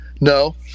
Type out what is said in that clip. No